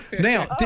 Now